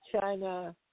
China